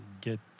get